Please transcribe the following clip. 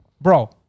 bro